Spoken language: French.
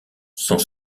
sont